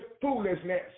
foolishness